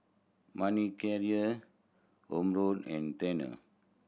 Manicare Omron and Tena